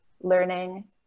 learning